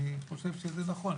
אני חושב שזה נכון.